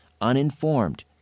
uninformed